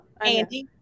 Andy